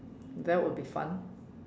that would be fun